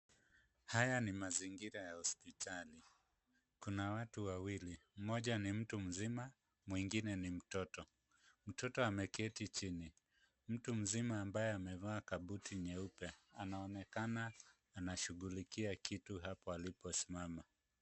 Haya ni mazingira ya hospitali. Kuna watu wawili, mmoja ni mtu mzima, mwingine ni mtoto. Mtoto ameketi chini. Mtu mzima ambaye amevaa kabuti nyeupe, anaonekana anashughulikia kitu hapo aliposimama.